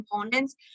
components